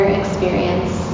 experience